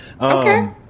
Okay